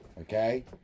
Okay